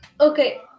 okay